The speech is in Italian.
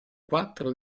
quattro